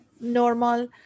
normal